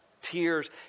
tears